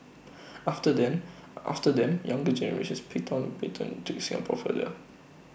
after them after them younger generations picked up baton took Singapore further